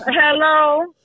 Hello